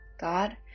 God